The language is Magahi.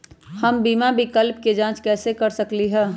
हम बीमा विकल्प के जाँच कैसे कर सकली ह?